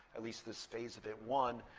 at least this phase of it, won.